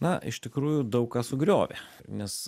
na iš tikrųjų daug ką sugriovė nes